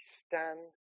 stand